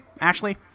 Ashley